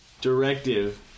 directive